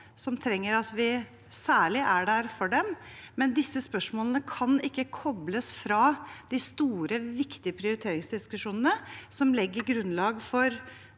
som trenger at vi særlig er der for dem, men disse spørsmålene kan ikke kobles fra de store, viktige prioriteringsdiskusjonene som legger grunnlag for